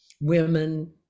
women